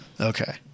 Okay